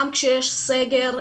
גם כשיש סגר,